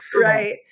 Right